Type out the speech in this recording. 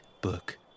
book